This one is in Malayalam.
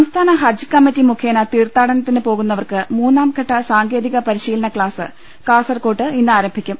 സംസ്ഥാന ഹജ്ജ് കമ്മിറ്റി മുഖേന തീർത്ഥാടനത്തിന് പോകുന്നവർക്ക് മൂന്നാംഘട്ട സാങ്കേതിക പരിശീലന ക്ലാസ് കാസർകോട്ട് ഇന്നാരംഭിക്കും